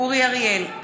אורי אריאל,